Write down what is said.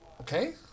Okay